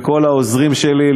לכל העוזרים שלי,